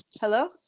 Hello